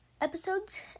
episodes